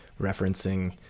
referencing